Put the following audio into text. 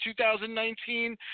2019